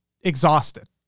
exhausted